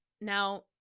Now